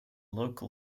local